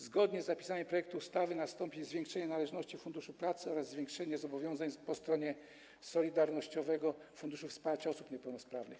Zgodnie z zapisami projektu ustawy nastąpi zwiększenie należności Funduszu Pracy oraz zwiększenie zobowiązań po stronie Solidarnościowego Funduszu Wsparcia Osób Niepełnosprawnych,